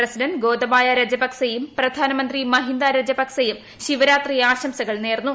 president Gotabaya രജപക്സെയും പ്രധാനമന്ത്രി മഹീന്ദ രജപക്സെയും ശിവരാത്രി ആശംസകൾ നേർന്നു